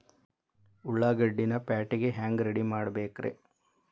ಉಳ್ಳಾಗಡ್ಡಿನ ಪ್ಯಾಟಿಗೆ ಹ್ಯಾಂಗ ರೆಡಿಮಾಡಬೇಕ್ರೇ?